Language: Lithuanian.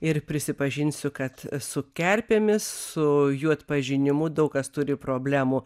ir prisipažinsiu kad su kerpėmis su jų atpažinimu daug kas turi problemų